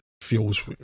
feels